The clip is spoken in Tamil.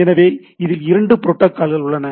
எனவே இதில் இரண்டு புரோட்டாகால்கள் உள்ளன